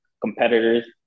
competitors